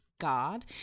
God